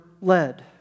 led